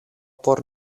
por